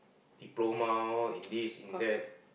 diploma in this in that